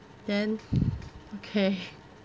then okay